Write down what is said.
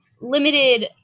limited